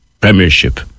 Premiership